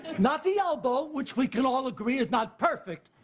not the elbow, which we can all agree is not perfect.